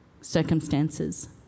circumstances